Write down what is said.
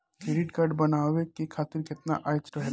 Credit card बनवाए के खातिर केतना आय रहेला?